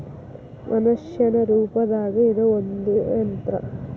ಮನಷ್ಯಾನ ರೂಪದಾಗ ಇರು ಒಂದ ಯಂತ್ರ